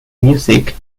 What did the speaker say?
music